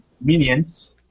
minions